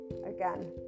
Again